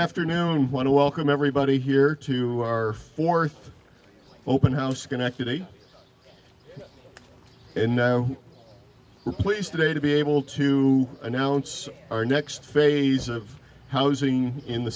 afternoon want to welcome everybody here to our fourth open house connected aid and now we're pleased today to be able to announce our next phase of housing in the